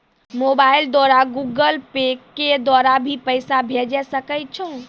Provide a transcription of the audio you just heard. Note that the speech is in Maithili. मोबाइल द्वारा गूगल पे के द्वारा भी पैसा भेजै सकै छौ?